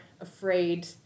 afraid